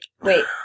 wait